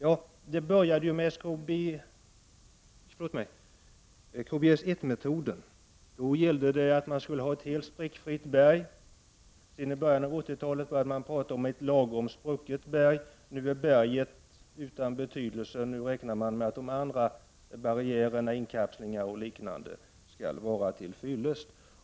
Det började med KBS-1-metoden — då gällde att man skulle ha ett helt sprickfritt berg. I början av 1980-talet började man tala om ett lagom sprucket berg. Nu är berget utan betydelse; nu räknar man med att de andra barriärerna — inkapslingar och liknande — skall vara till fyllest.